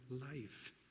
life